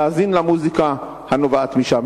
תאזין למוזיקה הנובעת משם,